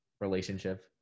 relationship